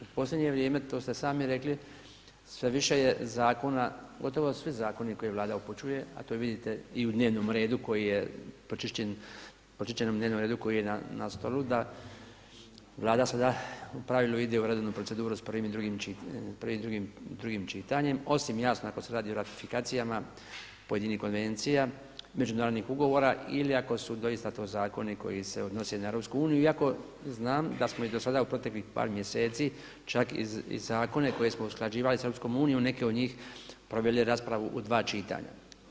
U posljednje vrijeme, to ste sami rekli sve više je zakona, gotovo svi zakoni koje Vlada upućuje a to vidite i u dnevnom redu koji je, pročišćen, pročišćenom dnevnom redu koji je na stolu da Vlada sada u pravilu ide u redovnu proceduru sa prvim i drugim čitanjem osim jasno ako se radi o ratifikacijama pojedinih konvencija, međunarodnih ugovora ili ako su doista to zakoni koji se odnose na EU iako znamo da smo i do sada u proteklih par mjeseci čak i zakone koje smo usklađivali sa EU neke od njih proveli raspravu u dva čitanja.